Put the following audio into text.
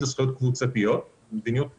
או זכויות קבוצתיות זו מדיניות אפשרית,